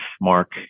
mark